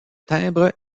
timbre